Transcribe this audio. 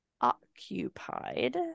occupied